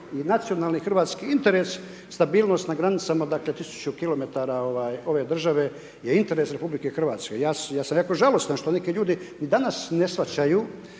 i nacionalni hrvatski interes stabilnost na granicama, dakle, tisuću kilometara ove države je interes Republike Hrvatske. Ja sam jako žalostan što neki ljudi ni danas ne shvaćaju,